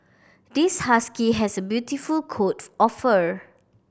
this husky has a beautiful coat of fur